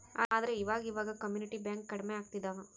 ಆದ್ರೆ ಈವಾಗ ಇವಾಗ ಕಮ್ಯುನಿಟಿ ಬ್ಯಾಂಕ್ ಕಡ್ಮೆ ಆಗ್ತಿದವ